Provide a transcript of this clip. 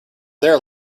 there